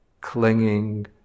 clinging